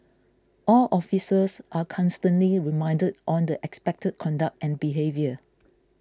all officers are constantly reminded on the expected conduct and behaviour